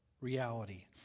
reality